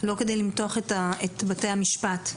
לא כדי למתוח את בתי המשפט.